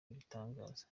ibitangaza